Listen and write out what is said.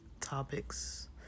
topics